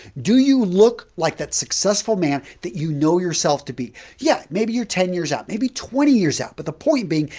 do you look like that successful man that you know yourself to be? yeah, maybe you're ten years out maybe twenty years out, but the point being,